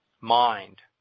mind